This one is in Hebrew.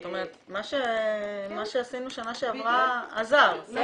זאת אומרת, מה שעשינו שנה שעברה עזר.